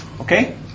Okay